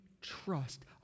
trust